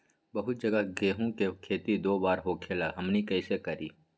बहुत जगह गेंहू के खेती दो बार होखेला हमनी कैसे करी?